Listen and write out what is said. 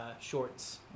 shorts